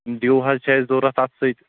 due حظ چھِ اَسہِ ضروٗرت اَتھ سۭتۍ